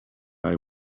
eye